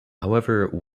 however